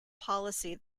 policy